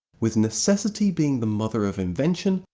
with necessity being the mother of invention,